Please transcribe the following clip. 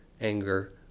anger